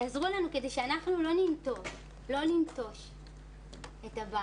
תעזרו לנו כדי שאנחנו לא ננטוש את הבית.